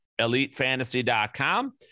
elitefantasy.com